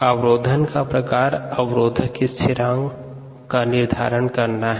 अवरोधन का प्रकार और अवरोधक स्थिरांक का निर्धारण करना है